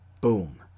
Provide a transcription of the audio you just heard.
boom